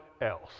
else